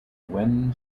wen